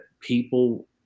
people